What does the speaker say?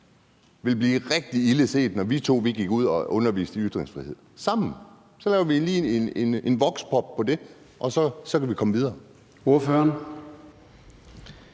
ville være rigtig ildeset, hvis vi to gik ud og underviste sammen i ytringsfrihed. Så laver vi lige en voxpop om det, og så kan vi komme videre.